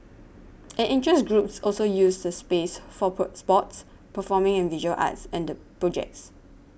and interest groups also use the space for pro sports performing and visual arts and the projects